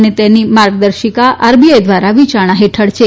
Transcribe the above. અને તેની માર્ગદર્શિકા આરબીઆઇ દ્વારા વિચારણા હેઠળ છે